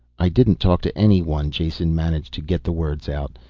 i didn't talk to anyone. jason managed to get the words out.